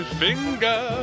finger